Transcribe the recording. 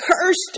Cursed